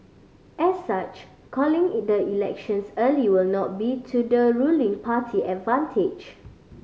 as such calling the elections early will not be to the ruling party advantage